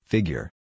Figure